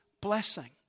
blessing